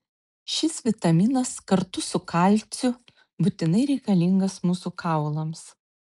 šis vitaminas kartu su kalciu būtinai reikalingas mūsų kaulams